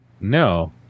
No